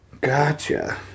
Gotcha